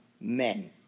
men